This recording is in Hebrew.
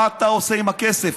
מה אתה עושה עם הכסף.